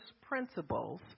principles